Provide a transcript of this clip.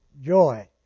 joy